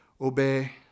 obey